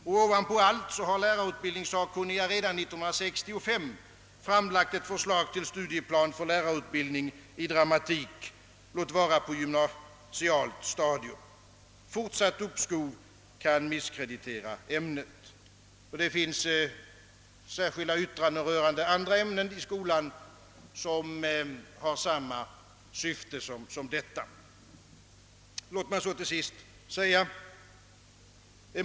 Till detta kommer att lärarutbildningssakkunniga redan 1965 framlade ett förslag till studieplan för lärarutbildning i dramatik, låt vara på det gymnasiala stadiet. Fortsatt uppskov kan misskreditera ämnet. Det finns även särskilda yttranden rörande andra ämnen i skolan med samma syfte som detta.